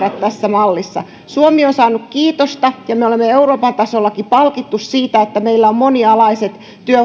mallissa suomi on saanut kiitosta ja meidät on euroopan tasollakin palkittu siitä että meillä on monialaiset työvoiman